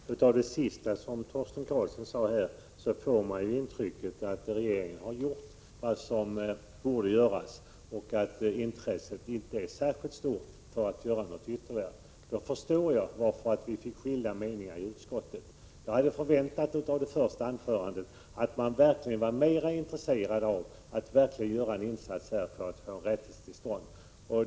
Fru talman! Av det sista som Torsten Karlsson sade fick jag intrycket att han anser att regeringen har gjort vad som bort göras och att intresset inte är särskilt stort för att göra något ytterligare. Därmed förstår jag de skilda meningarna i utskottet. Jag hade förväntat mig att Torsten Karlsson i sitt första anförande skulle ha visat sig mer intresserad av att göra en insats för att få en rättelse till stånd.